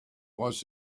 was